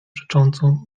przecząco